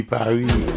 Paris